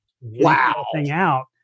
Wow